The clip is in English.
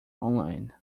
online